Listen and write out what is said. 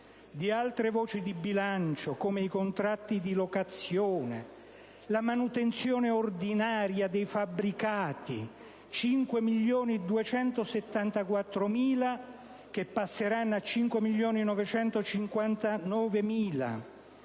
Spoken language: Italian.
poi altre voci di bilancio, come i contratti di locazione, la manutenzione ordinaria dei fabbricati (5.274.000 euro che passeranno a 5.959.000),